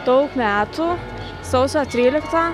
daug metų sausio trylikta